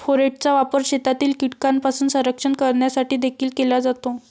फोरेटचा वापर शेतातील कीटकांपासून संरक्षण करण्यासाठी देखील केला जातो